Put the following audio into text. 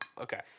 Okay